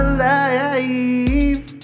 life